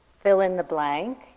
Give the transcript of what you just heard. fill-in-the-blank